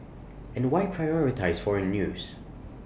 and why prioritise foreign news